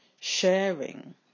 sharing